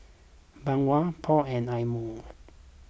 Bawang Paul and Eye Mo